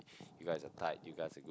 you guys are tight you guys are good